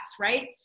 right